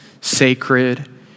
sacred